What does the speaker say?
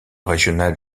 régionale